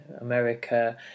America